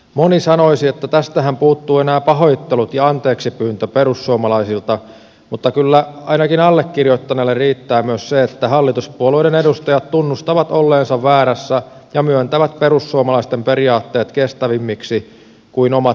moni sanoisi että tästähän puuttuvat enää pahoittelut ja anteeksipyyntö perussuomalaisilta mutta kyllä ainakin allekirjoittaneelle riittää myös se että hallituspuolueiden edustajat tunnustavat olleensa väärässä ja myöntävät perussuomalaisten periaatteet kestävämmiksi kuin omat aiemmat periaatteensa